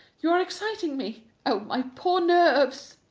you are exciting me. oh, my poor nerves.